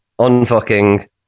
unfucking